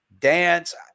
dance